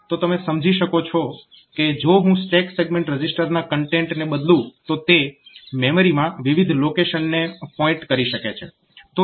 તો તમે સમજી શકો છો કે જો હું સ્ટેક સેગમેન્ટ રજીસ્ટરના કન્ટેન્ટને બદલું તો તે મેમરીમાં વિવિધ લોકેશનને પોઇન્ટ કરી શકે છે